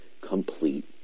Complete